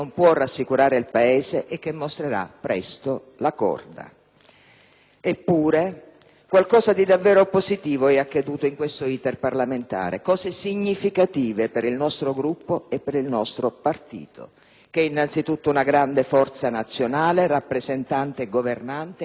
Eppure, qualcosa di davvero positivo è accaduto in questo *iter* parlamentare. Cose significative per il nostro Gruppo e per il nostro partito, che è innanzitutto una grande forza nazionale, rappresentante e governante in tutte le aree del Paese, al Nord, al Centro, al Sud.